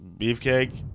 Beefcake